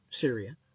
Syria